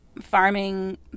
Farming